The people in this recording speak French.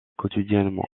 quotidiennement